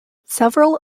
several